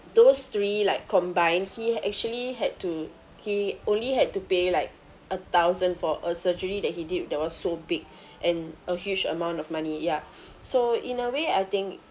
those three like combined he actually had to he only had to pay like a thousand for a surgery that he did that was so big and a huge amount of money ya so in a way I think